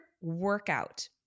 workout